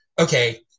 okay